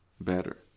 better